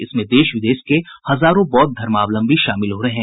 इसमें देश विदेश के हजारों बौद्ध धर्मावलंबी शामिल हो रहे हैं